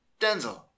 Denzel